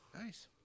Nice